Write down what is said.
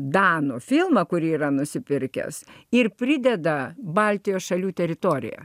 danų filmą kurį yra nusipirkęs ir prideda baltijos šalių teritoriją